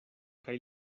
kaj